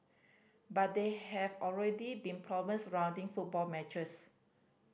but there have already been problems surrounding football matches